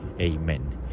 Amen